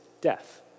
death